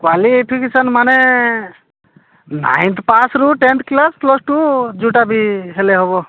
qualification ମାନେ ninth ପାସରୁ tenth class plus two ଯୋଉଟା ବି ହେଲେ ହେବ